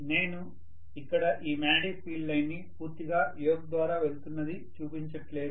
నేను ఇక్కడ ఈ మాగ్నెటిక్ ఫీల్డ్ లైన్ ని పూర్తిగా యోక్ ద్వారా వెళ్తున్నది చూపించట్లేదు